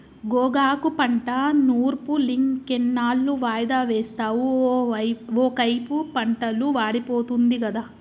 గోగాకు పంట నూర్పులింకెన్నాళ్ళు వాయిదా వేస్తావు ఒకైపు పంటలు వాడిపోతుంది గదా